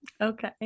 Okay